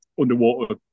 underwater